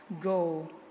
go